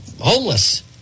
homeless